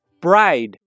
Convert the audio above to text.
Bride